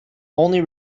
only